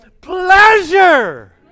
pleasure